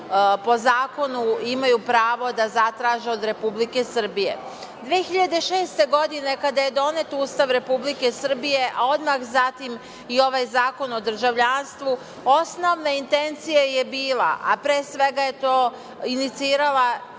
po zakonu imaju pravo da zatraže od Republike Srbije. Godine 2006. kada je donet Ustav Republike Srbije, a odmah zatim i ovaj Zakon o državljanstvu, osnovna intencija je bila, a pre svega je to inicirala